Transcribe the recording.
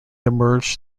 emerged